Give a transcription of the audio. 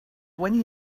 when